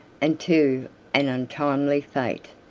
and to an untimely fate.